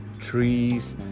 trees